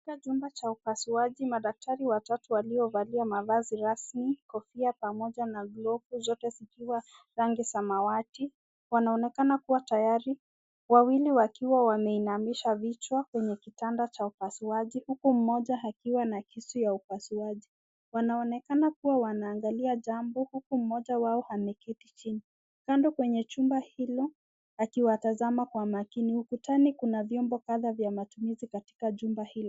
Katika chumba cha upasuaji madaktari watatu waliovalia mavazi rasmi, kofia pamoja na glovu zote zikiwa rangi samawati. Wanaonekana kuwa tayari, wawili wakiwa wameinamisha vichwa kwenye kitanda cha upasuaji, huku mmoja akiwa na kisu ya upasuaji. Wanaonekana kuwa wanaangalia jambo huku mmoja wao ameketi chini. Kando kwenye chumba hilo akiwatazama kwa makini. Ukutani kuna vyombo kadhaa vya matumizi katika jumba hilo.